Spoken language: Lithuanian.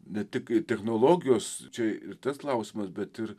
ne tik technologijos čia ir tas klausimas bet ir